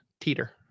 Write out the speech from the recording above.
teeter